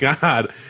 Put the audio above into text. God